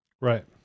Right